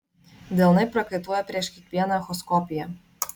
delnai prakaituoja prieš kiekvieną echoskopiją